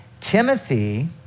Timothy